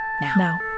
now